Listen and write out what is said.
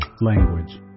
Language